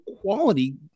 quality